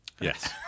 Yes